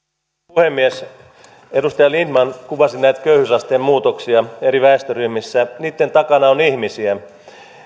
puhemies edustaja lindtman kuvasi näitä köyhyysasteen muutoksia eri väestöryhmissä niitten takana on ihmisiä